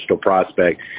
prospect